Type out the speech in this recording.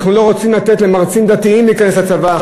אנחנו לא רוצים לתת למרצים דתיים להיכנס לצבא,